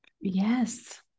yes